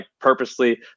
purposely –